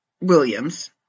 Williams